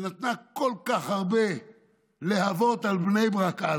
שנתנה כל כך הרבה להבות על בני ברק אז,